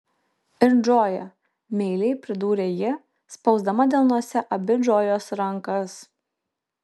ir džoja meiliai pridūrė ji spausdama delnuose abi džojos rankas